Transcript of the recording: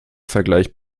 vergleicht